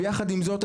ויחד עם זאת,